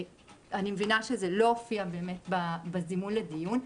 אני מבינה שזה לא הופיע בזימון לדיון.